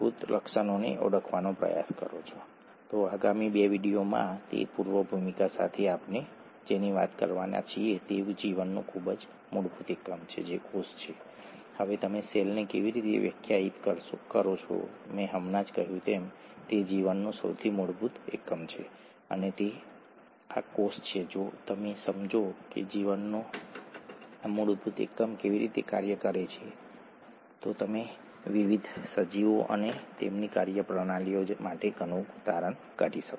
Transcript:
ખૂબ જ ટૂંકમાં કહીએ તો આ વિડિઓ કહેશે કે ડીએનએ ડીઓક્સિરિબોન્યુક્લિક એસિડ નામની કોઈ વસ્તુમાંની માહિતી મેસેન્જર આરએનએમાં રૂપાંતરિત થાય છે અથવા માહિતીમાં પ્રતિલિપિ થાય છે અને તે પ્રોટીનમાંની માહિતીમાં અનુવાદિત થાય છે